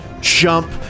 jump